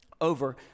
over